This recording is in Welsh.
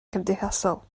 cymdeithasol